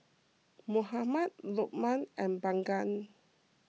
Muhammad Lokman and Bunga